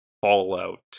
Fallout